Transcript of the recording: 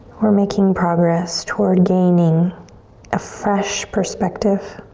we're making progress toward gaining a fresh perspective.